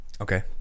Okay